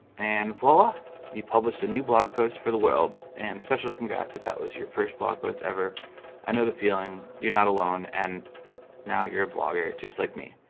and voila you published a new blog post for the world and especially congrats if that was your first blog post ever i know the feeling you're not alone, and now you're a blogger just like me.